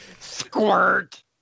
Squirt